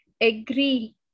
agree